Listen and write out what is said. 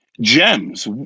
gems